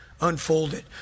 unfolded